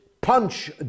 punch